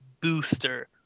booster